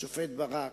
השופט ברק,